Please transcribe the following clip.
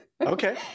Okay